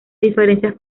diferencias